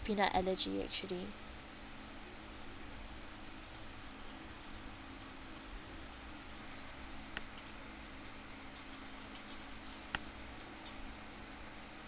peanut allergy actually